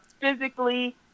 physically